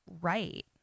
right